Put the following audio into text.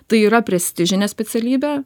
tai yra prestižinė specialybė